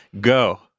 go